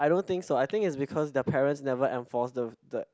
I don't think so I think is because their parents never enforce the the